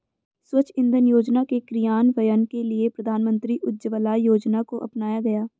स्वच्छ इंधन योजना के क्रियान्वयन के लिए प्रधानमंत्री उज्ज्वला योजना को अपनाया गया